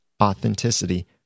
authenticity